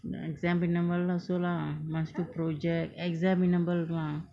mm examinable lah so lah must do project examinable lah